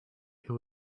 who